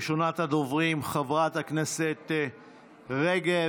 ראשונת הדוברים, חברת הכנסת רגב.